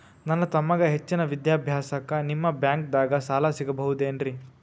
ನನ್ನ ತಮ್ಮಗ ಹೆಚ್ಚಿನ ವಿದ್ಯಾಭ್ಯಾಸಕ್ಕ ನಿಮ್ಮ ಬ್ಯಾಂಕ್ ದಾಗ ಸಾಲ ಸಿಗಬಹುದೇನ್ರಿ?